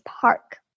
park